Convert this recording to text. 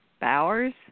Bowers